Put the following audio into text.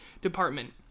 department